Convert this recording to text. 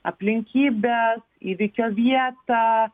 aplinkybes įvykio vietą